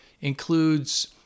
includes